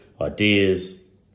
ideas